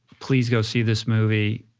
please go see this movie.